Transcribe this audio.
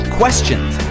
questions